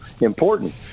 important